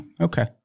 okay